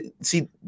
see